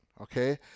okay